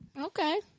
okay